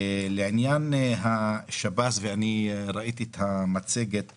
לעניין השב"ס ואני ראיתי את המצגת בתחילה,